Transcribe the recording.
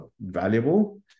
valuable